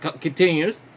continues